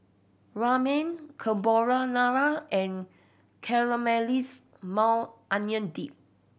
Ramen Carbonara and Caramelize Maui Onion Dip